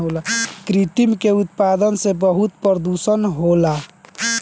कृत्रिम के उत्पादन से बहुत प्रदुषण होला